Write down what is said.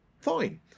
fine